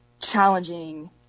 challenging